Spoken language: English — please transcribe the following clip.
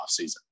offseason